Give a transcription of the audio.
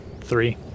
three